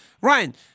Ryan